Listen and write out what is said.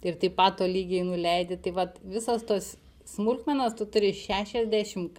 ir taip pat tolygiai nuleidi tai vat visos tos smulkmenos tu turi šešiasdešim